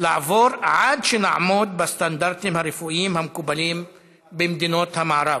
לעבור עד שנעמוד בסטנדרטים הרפואיים המקובלים במדינות המערב.